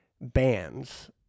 bands